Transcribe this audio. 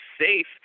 safe